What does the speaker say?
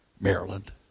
Maryland